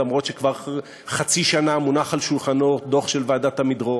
אף שכבר חצי שנה מונח על שולחנו דוח של ועדת עמידרור,